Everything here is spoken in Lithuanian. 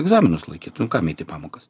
egzaminus laikyt nu kam eit į pamokas